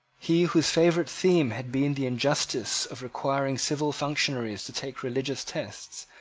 he, whose favourite theme had been the injustice of requiring civil functionaries to take religious tests,